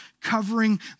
covering